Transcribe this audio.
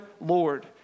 Lord